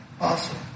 Awesome